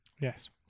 Yes